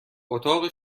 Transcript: اتاق